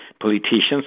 politicians